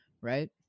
right